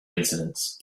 incidents